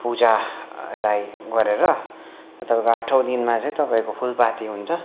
पूजालाई गरेर तपाईँ आठौँ दिनमा चाहिँ तपाईँको फुलपाती हुन्छ